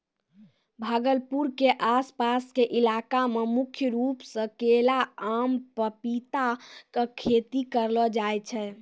भागलपुर के आस पास के इलाका मॅ मुख्य रूप सॅ केला, आम, पपीता के खेती करलो जाय छै